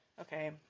okay